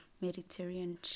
Mediterranean